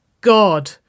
God